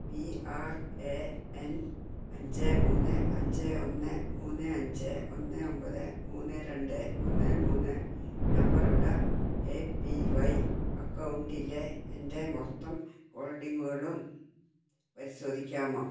P R A N അഞ്ച് മൂന്ന് അഞ്ച് ഒന്ന് മൂന്ന് അഞ്ച് ഒന്ന് ഒമ്പത് മൂന്ന് രണ്ട് ഒന്ന് മൂന്ന് നമ്പർ ഉള്ള എ പി വൈ അക്കൗണ്ടിലെ എൻ്റെ മൊത്തം ഹോൾഡിംഗുകളും പരിശോധിക്കാമോ